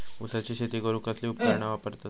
ऊसाची शेती करूक कसली उपकरणा वापरतत?